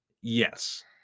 yes